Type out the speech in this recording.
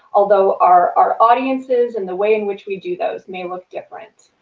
although our our audiences and the way in which we do those may look different.